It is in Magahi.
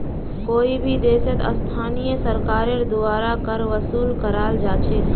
कोई भी देशत स्थानीय सरकारेर द्वारा कर वसूल कराल जा छेक